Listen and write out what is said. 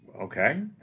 Okay